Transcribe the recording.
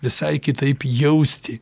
visai kitaip jausti